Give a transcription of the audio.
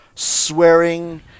swearing